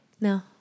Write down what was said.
No